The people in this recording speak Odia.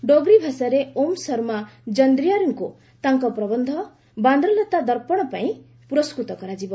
ଡୋଗ୍ରି ଭାଷାରେ ଓମ୍ ଶର୍ମା ଜନ୍ଦ୍ରିଆରୀଙ୍କୁ ତାଙ୍କର ପ୍ରବନ୍ଧ 'ବାନ୍ଦ୍ରଲ୍ତା ଦର୍ପଣ' ପାଇଁ ପୁରସ୍କୃତ କରାଯିବ